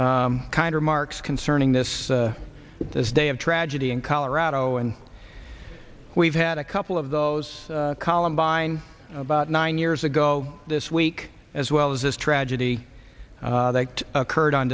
kind remarks concerning this this day of tragedy in colorado and we've had a couple of those columbine about nine years go this week as well as this tragedy that occurred on